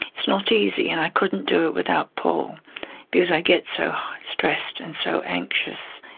it's not easy and i couldn't do it without paul because i get so stressed and so anxious,